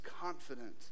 confident